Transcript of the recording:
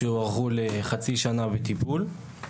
שהוארכו לחצי שנה בטיפול.